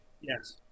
Yes